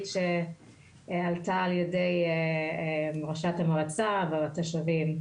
שעלתה על ידי ראש המועצה והתושבים.